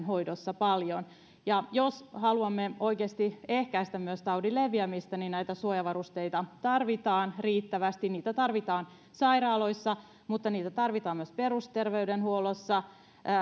hoidossa paljon jos haluamme oikeasti ehkäistä myös taudin leviämistä niin näitä suojavarusteita tarvitaan riittävästi niitä tarvitaan sairaaloissa mutta niitä tarvitaan myös perusterveydenhuollossa